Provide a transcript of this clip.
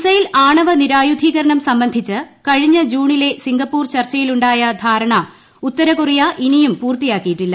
missile ആണവ നിരായുധീക രണം സംബന്ധിച്ച് കഴിഞ്ഞ ജൂണിലെ സിംഗപ്പൂർ ചർച്ചയിൽ ഉണ്ടായ ധാരണ ഉത്തരകൊറിയ ഇനിയും പൂർത്തിയാക്കിയിട്ടില്ല